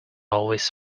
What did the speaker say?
always